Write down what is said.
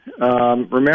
remember